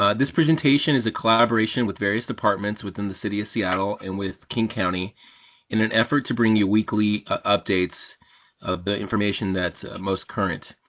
ah this presentation is a collaboration with various departments within the city of seattle and with king county in an effort to bring you weekly updates of the information that's most current.